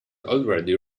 already